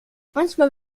manchmal